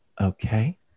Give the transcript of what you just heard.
Okay